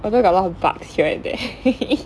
although there are a lot of bugs here and there